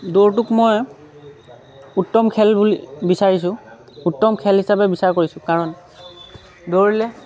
দৌৰটোক মই উত্তম খেল বুলি বিচাৰিছোঁ উত্তম খেল হিচাপে বিচাৰ কৰিছোঁ কাৰণ দৌৰিলে